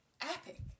epic